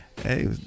Hey